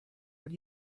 what